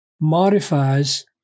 modifies